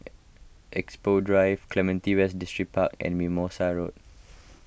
Expo Drive Clementi West Distripark and Mimosa Road